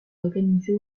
organisé